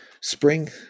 Spring